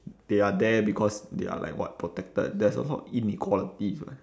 they are there because they are like what protected there's a lot of inequalities lah